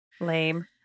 Lame